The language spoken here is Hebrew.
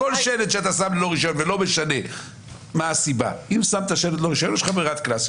כל שלט שאתה שם ללא רישיון ולא משנה מה הסיבה יש לך ברירת קנס.